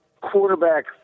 quarterback